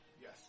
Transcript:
Yes